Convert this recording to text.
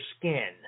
skin